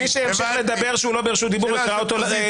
מי שימשיך לדבר שהוא לא ברשות דיבור אקרא אותו לסדר.